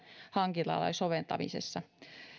hankintalain soveltamisessa